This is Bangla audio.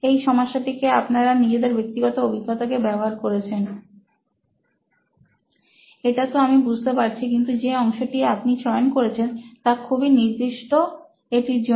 এই সমস্যাটিতে আপনারা নিজেদের ব্যক্তিগত অভিজ্ঞতা কে ব্যবহার করেছেন এটা তো আমি বুঝতে পারছি কিন্তু যে অংশটি আপনি চয়ন করেছেন তা খুবই নির্দিষ্ট এটির জন্য